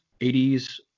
80s